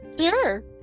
Sure